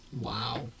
Wow